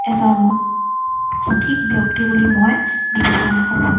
এজন সঠিক ব্যক্তি বুলি মই বিবেচনা কৰোঁ